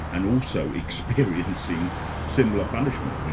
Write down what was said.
and also experiencing similar punishment,